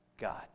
God